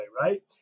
right